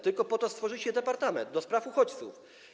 Tylko po to stworzyliście departament do spraw uchodźców.